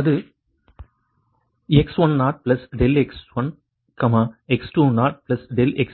அது x10∆x1 x20∆x2